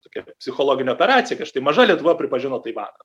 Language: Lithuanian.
tokia psichologinė operacija kad štai maža lietuva pripažino taivaną